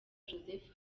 joseph